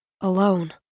alone